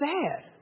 sad